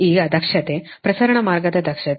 ಈಗ ದಕ್ಷತೆ ಪ್ರಸರಣ ಮಾರ್ಗದ ದಕ್ಷತೆ